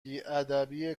بیادبی